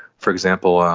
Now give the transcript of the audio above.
for example,